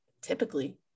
typically